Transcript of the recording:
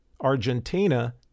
Argentina